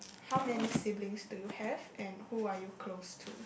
how many siblings do you have and who are you close to